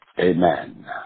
Amen